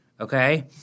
okay